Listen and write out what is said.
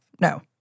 no